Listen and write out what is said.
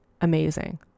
amazing